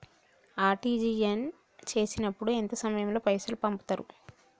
RTGS చేసినప్పుడు ఎంత సమయం లో పైసలు పంపుతరు?